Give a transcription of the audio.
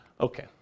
Okay